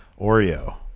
Oreo